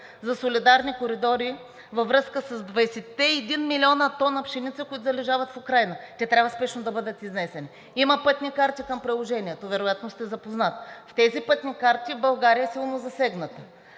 за солидарни коридори във връзка с 21 млн. тона пшеница, залежаващи в Украйна, те трябва спешно да бъдат изнесени. Има пътни карти към приложението, вероятно сте запознат. В тези пътни карти България е силно засегната.